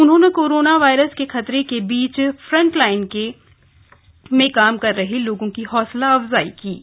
उन्होंने corona virus के खतरे के बीच फ्रंटलाइन में काम कर रहे लोगों की हौसला अफजाई की अपील की